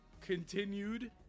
continued